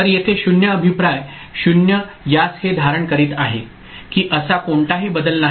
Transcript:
तर येथे 0 अभिप्राय 0 यास हे धारण करीत आहे की असा कोणताही बदल नाही